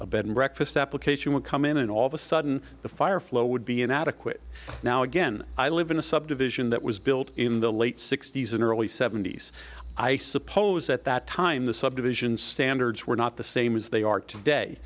a bed and breakfast application would come in and all of a sudden the fire flow would be inadequate now again i live in a subdivision that was built in the late sixty's and early seventy's i suppose at that time the subdivision standards were not the same as they are today